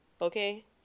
Okay